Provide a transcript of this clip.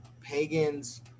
pagans